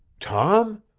tom?